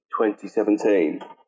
2017